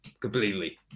completely